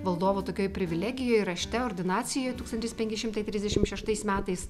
valdovų tokioj privilegijoj rašte ordinacijoj tūkstantis penki šimtai trisdešimt šeštais metais